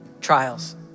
trials